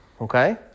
Okay